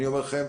אני אומר לכם,